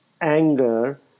anger